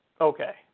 Okay